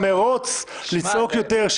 המרוץ לצעוק יותר,